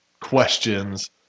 questions